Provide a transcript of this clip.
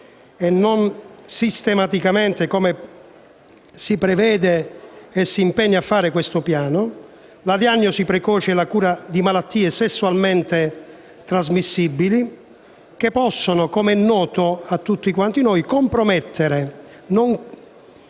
e non sistematicamente, come si prevede e si impegna a fare questo piano); la diagnosi precoce e la cura di malattie sessualmente trasmissibili, che possono - come è noto a noi tutti - compromettere il